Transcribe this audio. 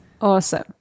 Awesome